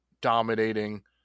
dominating